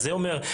זה אומר,